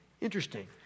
Interesting